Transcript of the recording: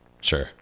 Sure